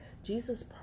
Jesus